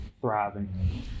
thriving